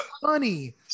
funny